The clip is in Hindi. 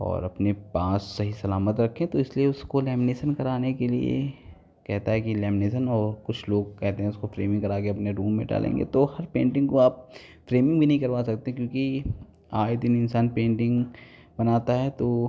और अपने पास सही सलामत रखें तो इसलिए उसको लैमीनेसन कराने के लिए कहेता है कि लैमीनेसन और कुछ लोग कहेते हैं इसको फ़्रेमिंग करा के अपने रूम में डालेंगे तो हर पेन्टिंग को आप फ़्रेमिंग भी नहीं करवा सकते क्योंकि आए दिन इंसान पेन्टिंग बनाता है तो